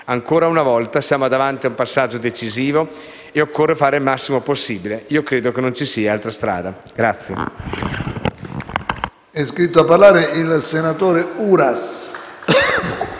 Ancora una volta siamo davanti a un passaggio decisivo e occorre fare il massimo possibile. Io credo che non ci sia altra strada.